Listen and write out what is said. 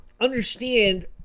understand